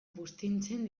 buztintzen